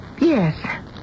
yes